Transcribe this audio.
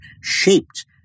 shaped